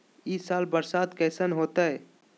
ई साल बरसात कैसन होतय?